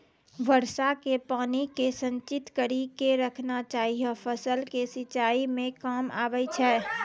वर्षा के पानी के संचित कड़ी के रखना चाहियौ फ़सल के सिंचाई मे काम आबै छै?